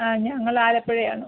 ആ ഞങ്ങൾ ആലപ്പുഴയാണ്